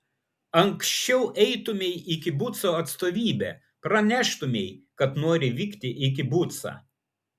anksčiau eitumei į kibuco atstovybę praneštumei kad nori vykti į kibucą